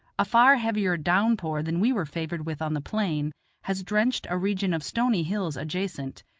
a far heavier down-pour than we were favored with on the plain has drenched a region of stony hills adjacent,